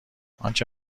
انچه